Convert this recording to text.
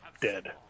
dead